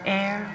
air